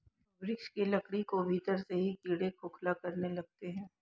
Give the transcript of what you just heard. वृक्ष के लकड़ी को भीतर से ही कीड़े खोखला करने लगते हैं